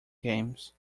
games